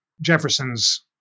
Jefferson's